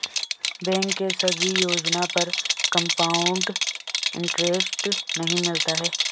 bank के सभी योजना पर कंपाउड इन्टरेस्ट नहीं मिलता है